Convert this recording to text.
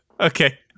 Okay